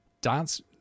dance